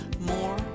more